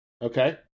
Okay